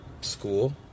school